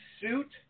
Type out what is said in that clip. suit